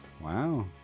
Wow